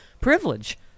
privilege